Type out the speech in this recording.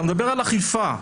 אתה מדבר על אכיפה.